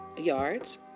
yards